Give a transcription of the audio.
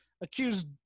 accused